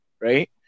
right